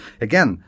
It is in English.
again